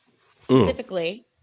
specifically